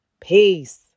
Peace